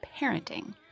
Parenting